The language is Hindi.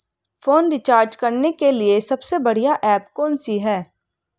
फोन रिचार्ज करने के लिए सबसे बढ़िया ऐप कौन सी है?